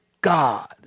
God